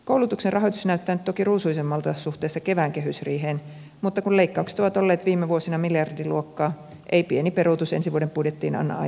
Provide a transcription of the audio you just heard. koulutuksen rahoitus näyttää nyt toki ruusuisemmalta suhteessa kevään kehysriiheen mutta kun leikkaukset ovat olleet viime vuosina miljardiluokkaa ei pieni peruutus ensi vuoden budjettiin anna aihetta juhlaan